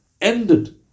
ended